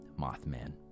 Mothman